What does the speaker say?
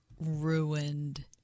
ruined